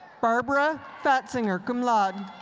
barbara fatzinger, cum laude.